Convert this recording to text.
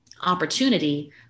opportunity